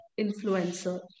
influencer